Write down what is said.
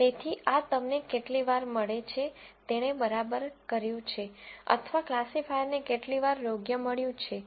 તેથી આ તમને કેટલી વાર મળે છે તેણે બરાબર કર્યું છે અથવા ક્લાસિફાયરને કેટલી વાર યોગ્ય મળ્યું છે